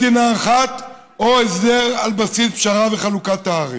מדינה אחת או הסדר על בסיס פשרה וחלוקת הארץ?